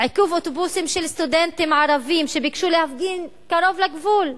עיכוב האוטובוסים של סטודנטים ערבים שביקשו להפגין קרוב לגבול,